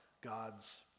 God's